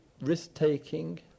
risk-taking